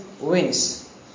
wins